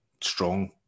strong –